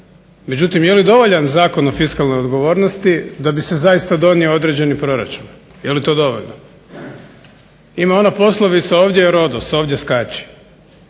Međutim, je li dovoljan Zakon o fiskalnoj odgovornosti da bi se zaista donio određeni proračun. Je li to dovoljno? Ima ona poslovica ovdje je Rodos, ovdje skači.